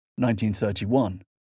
1931